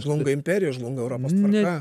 žlunga imperija žlunga europos tvarka